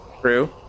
True